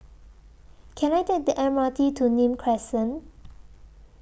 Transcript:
Can I Take The M R T to Nim Crescent